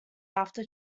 after